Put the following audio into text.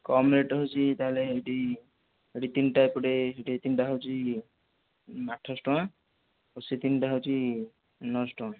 କମ୍ rate ହେଉଛି ତା'ହେଲେ ହେଇଠି ଏଠି ତିନିଟା ଏପଟେ ତିନିଟା ହେଉଛି ଆଠଶହ ଟଙ୍କା ଆଉ ସେ ତିନିଟା ହେଉଛି ନଅଶହ ଟଙ୍କା